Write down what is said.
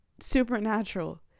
supernatural